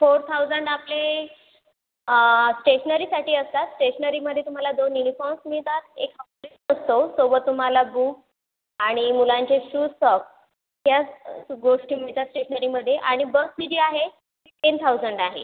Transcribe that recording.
four thousand आपले स्टेशनरीसाठी असतात स्टेशनरीमध्ये तुम्हाला दोन यूनिफॉर्म्स मिळतात एक असतो सोबत तुम्हाला बुक आणि मुलांचे शूज सॉक्स या गोष्टी मिळतात स्टेशनरीमध्ये आणि बस फी जी आहे ती टेन थाउजंड आहे